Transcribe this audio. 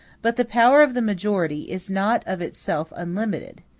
but the power of the majority is not of itself unlimited.